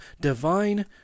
divine